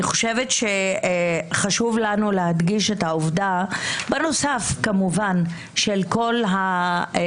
חשוב לנו להדגיש את העובדה בנוסף כמובן להרגשה